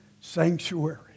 sanctuary